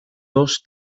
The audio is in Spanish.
dos